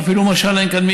ואפילו משל אין כאן,